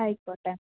ആയിക്കോട്ടെ